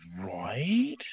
right